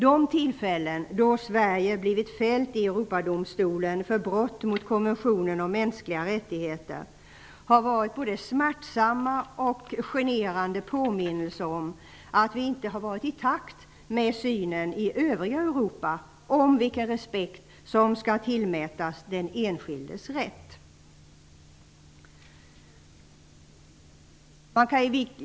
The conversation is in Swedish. De tillfällen då Sverige fällts i Europadomstolen för brott mot konventionen om mänskliga rättigheter har varit både smärtsamma och generande påminnelser om att vi inte har varit i takt med övriga Europa när det gäller vilken respekt som skall tillmätas den enskildes rätt.